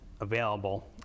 available